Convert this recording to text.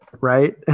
right